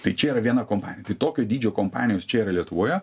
tai čia yra viena kompanija tai tokio dydžio kompanijos čia yra lietuvoje